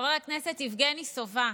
חבר הכנסת יבגני סובה,